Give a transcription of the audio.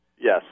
Yes